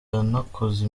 yanakoze